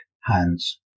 hands